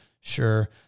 Sure